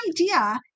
idea